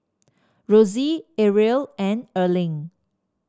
Rosie Arielle and Erling